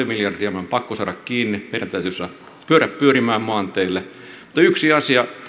miljardia mikä meidän on pakko saada kiinni meidän täytyy saada pyörät pyörimään maanteille mutta yksi asia